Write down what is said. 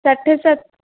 सठि सत